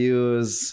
use